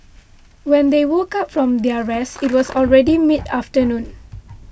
when they woke up from their rest it was already mid afternoon